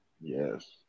Yes